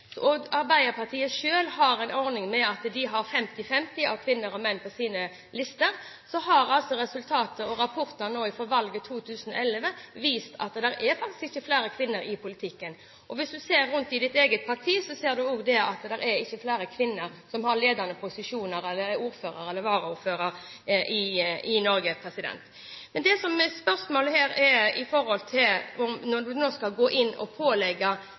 og Arbeiderpartiet har selv en ordning med 50/50-fordeling av kvinner og menn på sine lister – viser resultater og rapporter fra valget i 2011 at det faktisk ikke er flere kvinner i politikken. Hvis statsråden ser seg rundt i sitt eget parti, ser han at det ikke er flere kvinner i Norge som har ledende posisjoner, eller er ordfører eller varaordfører. Det spørsmålet gjelder her, er at når en skal pålegge AS-er kvotering, er det en diskriminering i seg selv – kvinner kan ikke få disse posisjonene på grunn av kvalitet og kunnskap, men skal kvoteres inn.